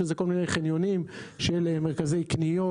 שזה כל מיני חניונים של מרכזי קניות,